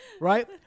right